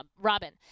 Robin